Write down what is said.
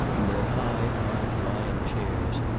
in their high-armed lion chairs,